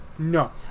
No